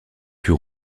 fut